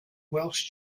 welsh